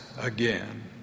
again